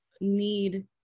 need